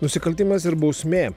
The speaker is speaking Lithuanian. nusikaltimas ir bausmė